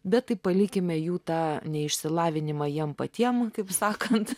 bet tai palikime jų tą neišsilavinimą jiem patiem kaip sakant